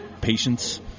patience